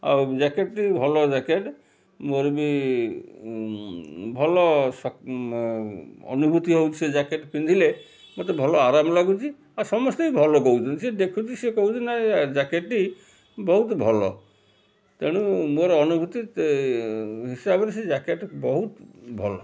ଆଉ ଜ୍ୟାକେଟ୍ ବି ଭଲ ଜ୍ୟାକେଟ୍ ମୋର ବି ଭଲ ଶ ଅନୁଭୂତି ହେଉଛି ସେ ଜ୍ୟାକେଟ୍ ପିନ୍ଧିଲେ ମୋତେ ଭଲ ଆରାମ ଲାଗୁଛି ଆଉ ସମସ୍ତେ ବି ଭଲ କହୁଛନ୍ତି ଯିଏ ଦେଖୁଛି ସେ କହୁଛି ନା ୟେ ଜ୍ୟାକେଟ୍ଟି ବହୁତ ଭଲ ତେଣୁ ମୋର ଅନୁଭୂତି ହିସାବରେ ସେ ଜ୍ୟାକେଟ୍ଟି ବହୁତ ଭଲ